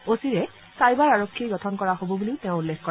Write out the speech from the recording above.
অচিৰেই ছাইবাৰ আৰক্ষী গঠন কৰা হ'ব বুলিও তেওঁ উল্লেখ কৰে